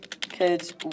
Kids